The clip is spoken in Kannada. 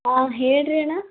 ಹಾಂ ಹೇಳ್ರಿ ಅಣ್ಣ